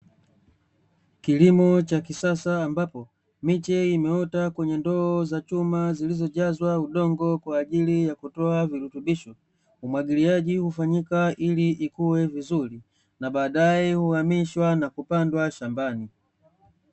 Kilimo cha kisasa, ambapo miche imeota kwenye ndoo za chuma zilizojazwa udongo kwa ajili ya kutoa virutubisho. Umwagiliaji hufanyika ili ikue vizuri na baadae huhamishwa na kupandwa shambani.